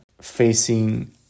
facing